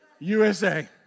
USA